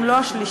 אם לא השלישית,